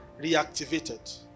reactivated